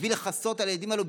בשביל לכסות על הילדים האלה,